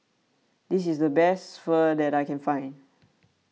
this is the best Pho that I can find